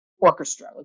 orchestra